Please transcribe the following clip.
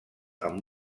amb